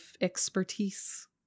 expertise